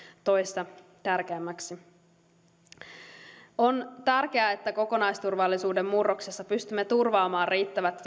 toisia tärkeämmäksi on tärkeää että kokonaisturvallisuuden murroksessa pystymme turvaamaan riittävät